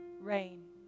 rain